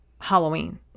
Halloween